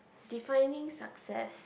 defining success